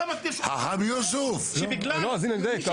אז איך אתה מגדיר שמגזר שלם שבגלל - שמי